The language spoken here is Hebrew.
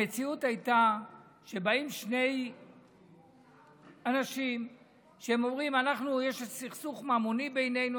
המציאות הייתה שבאים שני אנשים ואומרים: יש איזה סכסוך ממוני בינינו,